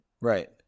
Right